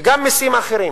וגם מסים אחרים,